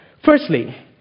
Firstly